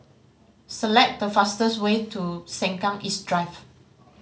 select the fastest way to Sengkang East Drive